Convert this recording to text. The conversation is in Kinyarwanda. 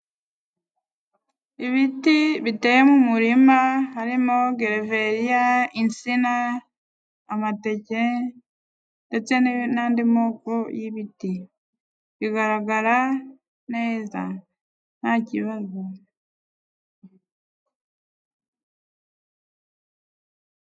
Ibiti biteye mu muririma harimo gereveriya, insina amateke ndetse n'andi moko y'ibiti, bigaragara neza nta kibazo.